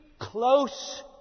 Close